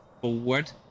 forward